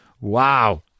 wow